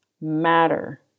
matter